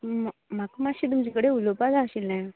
म्हा म्हाका मातशें तुमचे कडेन कितें उलोवपा जाय आशिल्लें